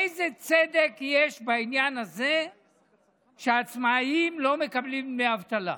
איזה צדק יש בעניין הזה שהעצמאים לא מקבלים דמי אבטלה.